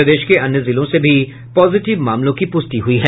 प्रदेश के अन्य जिलों से भी पॉजिटिव मामलों की पुष्टि हुई है